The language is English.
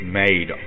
made